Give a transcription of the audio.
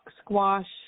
squash